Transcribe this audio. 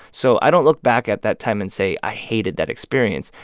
so i don't look back at that time and say, i hated that experience.